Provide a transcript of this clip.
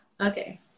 Okay